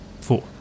Four